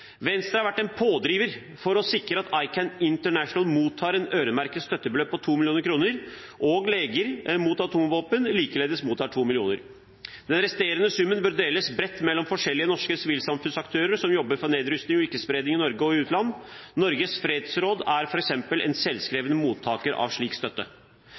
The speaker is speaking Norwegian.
Venstre har vært en pådriver for å sikre at ICAN mottar et øremerket støttebeløp på 2 mill. kr, og Norske leger mot atomvåpen mottar likeledes 2 mill. kr. Den resterende summen bør deles bredt mellom forskjellige norske sivilsamfunnsaktører som jobber for nedrustning og ikke-spredning i Norge og i utlandet. Norges Fredsråd er f.eks. en selvskreven mottaker av slik støtte.